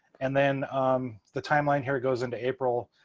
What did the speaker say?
and then the timeline here goes into april,